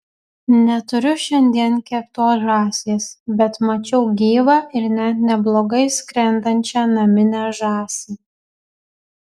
neturiu šiandien keptos žąsies bet mačiau gyvą ir net neblogai skrendančią naminę žąsį